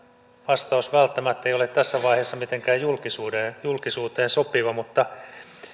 vastaus välttämättä ei ole tässä vaiheessa mitenkään julkisuuteen julkisuuteen sopiva mutta